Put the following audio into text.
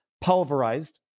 pulverized